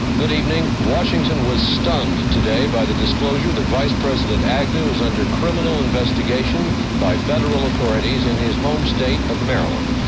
good evening. washington was stunned today by the disclosure that vice president agnew is under criminal investigation by federal authorities in his home state of maryland.